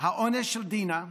האונס של דינה.